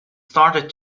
started